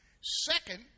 Second